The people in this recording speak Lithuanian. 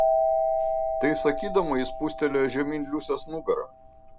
tai sakydama ji spustelėjo žemyn liusės nugarą